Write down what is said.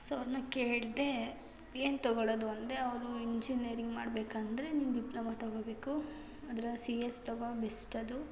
so ಅವ್ರನ್ನ ಕೇಳಿದೆ ಏನು ತಗೊಳ್ಳೋದು ಅಂದೆ ಅವರು ಇಂಜಿನಿಯರಿಂಗ್ ಮಾಡಬೇಕಂದ್ರೆ ನೀನು ಡಿಪ್ಲೋಮೊ ತಗೋಬೇಕು ಅದ್ರಲ್ಲಿ ಸಿ ಎಸ್ ತಗೋ ಬೆಸ್ಟ್ ಅದು